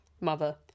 mother